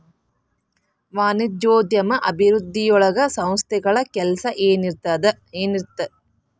ವಾಣಿಜ್ಯೋದ್ಯಮ ಅಭಿವೃದ್ಧಿಯೊಳಗ ಸಂಸ್ಥೆಗಳ ಕೆಲ್ಸ ಏನಿರತ್ತ